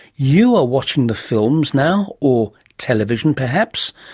you are watching the films now, or television perhaps,